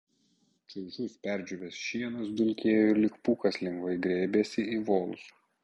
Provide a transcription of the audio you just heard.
čaižus perdžiūvęs šienas dulkėjo ir lyg pūkas lengvai grėbėsi į volus